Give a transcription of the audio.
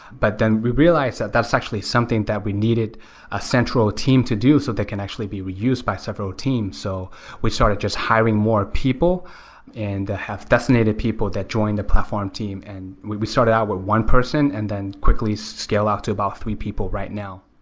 but then we realized that that's actually something that we needed a central team to do so they can actually be reused by several teams. so we started just hiring more people and have designated people to join the platform team. and we we started out with one person and then quickly scale out to about three people right now.